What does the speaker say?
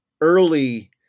early